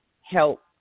help